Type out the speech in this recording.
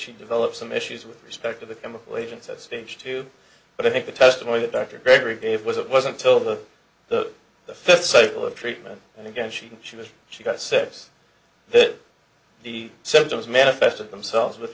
she developed some issues with respect to the chemical agents at stage two but i think the testimony that dr gregory gave was it wasn't till the that the first cycle of treatment and again she and she was she got service that the symptoms manifested themselves with